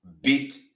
beat